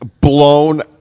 Blown